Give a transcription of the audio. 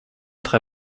très